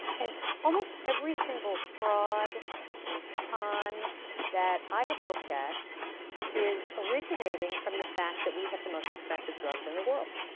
and almost every single fraud and con that i have looked at is originating from the fact that we have the most expensive drugs in the world.